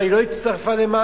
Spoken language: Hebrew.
אבל היא לא הצטרפה למעשה,